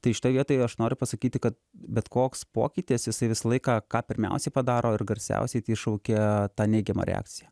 tai šitoj vietoj aš noriu pasakyti kad bet koks pokytis jisai visą laiką ką pirmiausiai padaro ir garsiausiai šaukia tą neigiamą reakciją